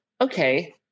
okay